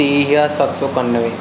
ਤੀਹ ਹਜ਼ਾਰ ਸੱਤ ਸੌ ਇਕੱਨਵੇ